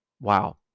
Wow